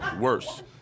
Worse